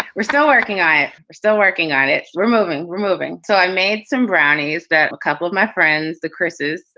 we're still working. i was still working on it. we're moving. we're moving. so i made some brownies that a couple of my friends, the crisis,